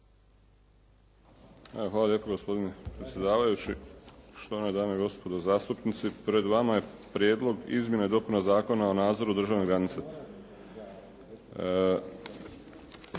Hvala lijepo gospodine predsjedavajući, štovane dame i gospodo zastupnici. Pred vama je Prijedlog izmjena i dopuna Zakona o nadzoru državne granice.